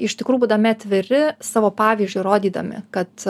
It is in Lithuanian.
iš tikrųjų būdami atviri savo pavyzdžiu rodydami kad